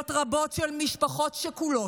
מאות רבות של משפחות שכולות,